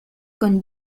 con